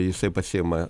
jisai pasiima